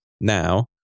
Now